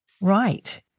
Right